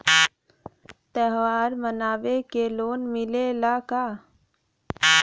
त्योहार मनावे के लोन मिलेला का?